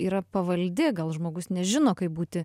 yra pavaldi gal žmogus nežino kaip būti